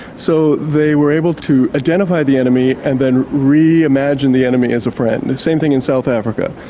so they were able to identify the enemy and then re-imagine the enemy as a friend. and the same thing in south africa.